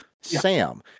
Sam